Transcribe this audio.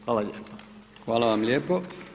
Hvala vam lijepo.